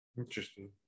Interesting